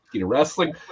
wrestling